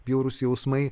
bjaurūs jausmai